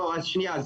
לא, שניה.